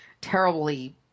terribly